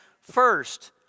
first